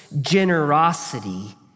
generosity